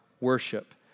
worship